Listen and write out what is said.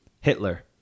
Hitler